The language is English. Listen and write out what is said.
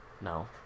No